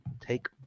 take